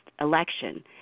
election